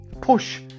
push